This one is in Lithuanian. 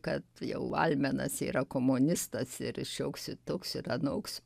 kad jau almenas yra komunistas ir šioks i toks ir anoks